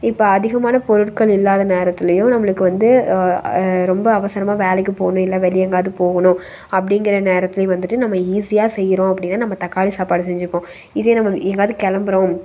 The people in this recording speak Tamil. இப்போ அதிகமான பொருட்கள் இல்லாத நேரத்திலேயும் நம்மளுக்கு வந்து ரொம்ப அவசரமாக வேலைக்கு போகணும் இல்லை வெளியே எங்காவது போகணும் அப்படிங்கிற நேரத்துலேயும் வந்துட்டு நம்ம ஈஸியாக செய்கிறோம் அப்படின்னா நம்ம தக்காளி சாப்பாடு செஞ்சுப்போம் இதே நம்ம எங்காவது கிளம்புறோம்